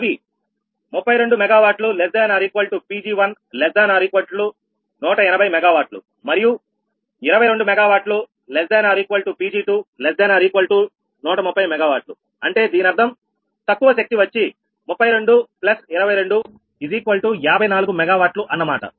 అవి 32 𝑀W≤𝑃𝑔1≤180 𝑀W మరియు 22 MW ≤ Pg2 ≤ 130 MW అంటే దీనర్థం తక్కువ శక్తి వచ్చి 32 22 54 MW అన్నమాట